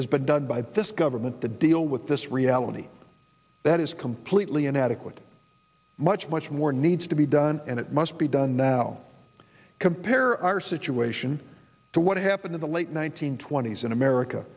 has been done by this government to deal with this reality that is completely inadequate much much more needs to be done and it must be done now compare our situation to what happened in the late one nine hundred twenty s in america